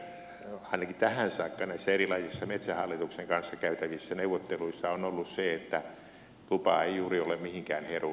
käytäntö ainakin tähän saakka näissä erilaisissa metsähallituksen kanssa käytävissä neuvotteluissa on ollut se että lupaa ei juuri ole mihinkään herunut